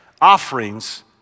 offerings